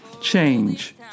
change